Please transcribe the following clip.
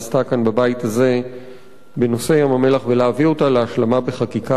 כאן בבית הזה בנושא ים-המלח ולהביא אותה להשלמה בחקיקה.